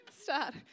start